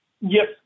Yes